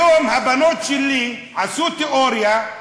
היום הבנות שלי עשו תיאוריה.